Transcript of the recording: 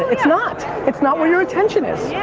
it's not. it's not where your attention is.